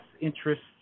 interests